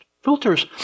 Filters